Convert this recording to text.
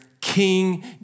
King